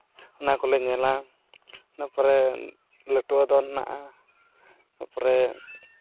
ᱚᱱᱟ ᱠᱚᱞᱮ ᱧᱮᱞᱟ ᱤᱱᱟᱹ ᱯᱚᱨᱮ ᱱᱟᱹᱴᱩᱣᱟᱹ ᱫᱚᱱ ᱢᱮᱱᱟᱜᱼᱟ ᱛᱟᱨᱯᱚᱨᱮ